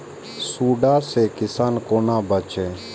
सुंडा से किसान कोना बचे?